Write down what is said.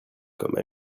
comme